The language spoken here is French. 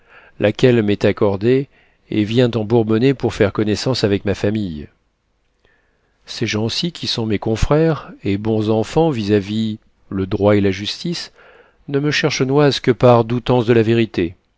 laquelle m'est accordée et vient en bourbonnais pour faire connaissance avec ma famille ces gens-ci qui sont mes confrères et bons enfants vis-à-vis le droit et la justice ne me cherchent noise que par doutance de la vérité